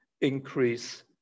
increase